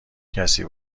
کسی